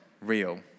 real